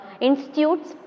institutes